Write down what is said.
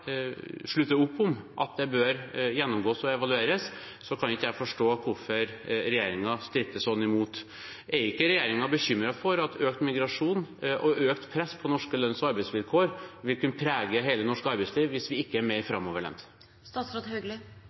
slutter opp om at det bør gjennomgås og evalueres, kan ikke jeg forstå hvorfor regjeringen stritter så imot. Er ikke regjeringen bekymret for at økt migrasjon og økt press på norske lønns- og arbeidsvilkår vil kunne prege hele det norske arbeidslivet hvis vi ikke er mer